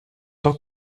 tant